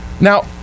now